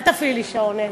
אל תפעילי לי שעון,